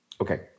Okay